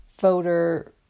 voter